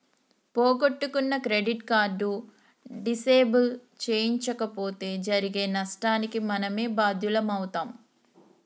పోగొట్టుకున్న credit card disable చేయించకపోతే జరిగే నష్టానికి మనమే బాధ్యులమవుతం